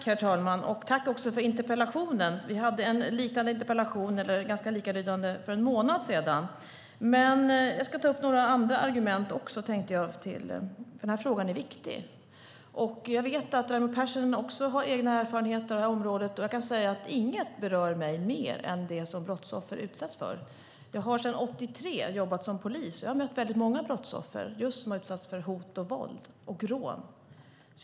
Herr talman! Tack för interpellationen! Vi hade en debatt om en ganska likalydande interpellation för en månad sedan. Jag ska ta upp några andra argument, eftersom den här frågan är viktig. Jag vet att Raimo Pärssinen har egna erfarenheter från det här området. Inget berör mig mer än det som brottsoffer utsätts för. Jag har sedan 1983 jobbat som polis. Jag har mött väldigt många brottsoffer som utsatts för hot, våld och rån.